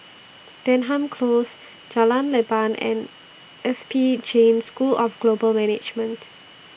Denham Close Jalan Leban and S P Jain School of Global Management